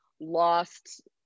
lost